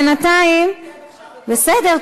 בסדר,